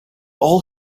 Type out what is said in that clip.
all